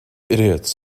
idiots